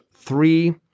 three